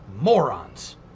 Morons